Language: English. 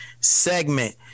segment